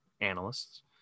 analysts